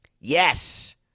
Yes